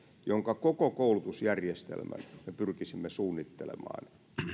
jonka koko koulutusjärjestelmän me pyrkisimme suunnittelemaan